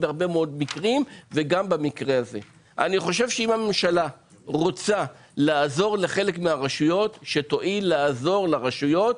אני חושב שאם הממשלה רוצה לעזור לחלק מהרשויות שתואיל לעזור לרשויות,